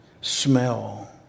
smell